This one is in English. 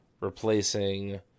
replacing